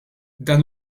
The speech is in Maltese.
dan